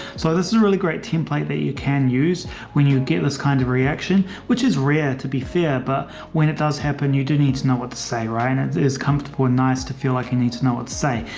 so this is a really great template that you can use when you get this kind of reaction, reaction, which is rare. to be fair. but when it does happen, you do need to know what to say. ryan is is comfortable or nice to feel like you need to know what to say.